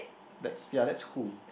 that's ya that's who